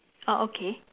orh okay